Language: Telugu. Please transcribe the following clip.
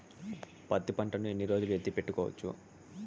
పత్తి పంటను ఎన్ని రోజులు ఎత్తి పెట్టుకోవచ్చు?